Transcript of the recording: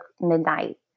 midnight